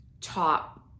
top